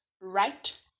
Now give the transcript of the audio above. right